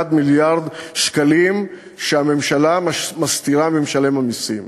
מיליארד שקלים שהממשלה מסתירה ממשלם המסים.